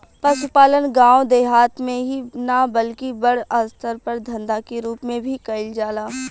पसुपालन गाँव देहात मे ही ना बल्कि बड़ अस्तर पर धंधा के रुप मे भी कईल जाला